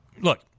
look